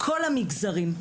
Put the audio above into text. כל המגזרים.